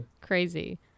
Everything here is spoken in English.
crazy